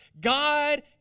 God